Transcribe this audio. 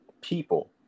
people